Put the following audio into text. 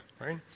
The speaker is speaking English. right